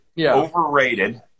overrated